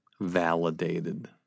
Validated